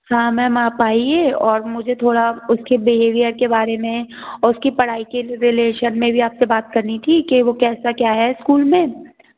हाँ मैम आप आइए और मुझे थोड़ा उसके बिहेवीयर के बारे मे और उसकी पढ़ाई के रीलैशन में भी आप से बात करनी थी के वो कैसा क्या है ईस्कूल में